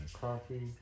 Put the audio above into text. coffee